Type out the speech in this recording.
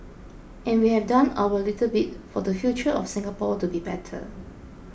and we have done our little bit for the future of Singapore to be better